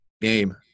game